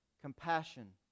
Compassion